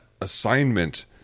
assignment